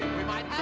we might